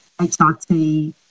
HRT